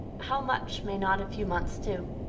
how much may not a few months do?